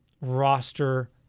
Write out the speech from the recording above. roster